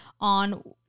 on